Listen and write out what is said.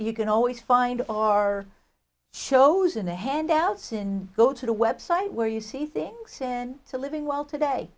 you can always find our shows in the handouts and go to the website where you see things in the living well today